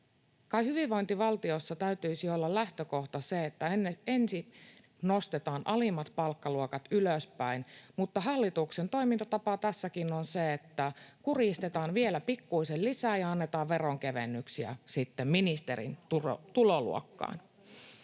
Kai hyvinvointivaltiossa täytyisi olla lähtökohta se, että ensin nostetaan alimmat palkkaluokat ylöspäin, mutta hallituksen toimintatapa tässäkin on se, että kurjistetaan vielä pikkuisen lisää ja annetaan veronkevennyksiä sitten ministerin tuloluokkaan.